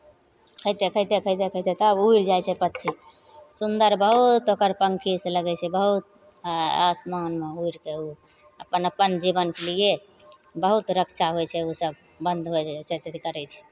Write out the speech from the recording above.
खइते खइते खइते खइते सभ उड़ि जाइ छै पक्षी सुन्दर बहुत ओकर पङ्खी से लगै छै बहुत आ आसमानमे उड़ि कऽ ओ अपन अपन जीवन के लिए बहुत रक्षा होइ छै ओसभ बन्द हो जाइ छै दिक्कत करै छै